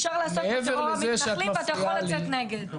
אפשר לעסוק בטרור המתנחלים ואתה יכול לצאת נגד.